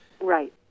Right